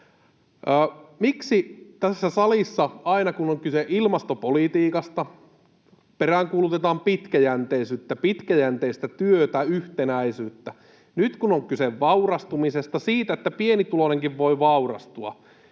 Miksi tässä salissa, kun on kyse ilmastopolitiikasta, aina peräänkuulutetaan pitkäjänteisyyttä, pitkäjänteistä työtä ja yhtenäisyyttä? Nyt kun on kyse vaurastumisesta, siitä, että pienituloinenkin voi vaurastua,